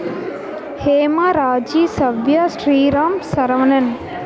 Hema Raji Savya Sriram Saravanan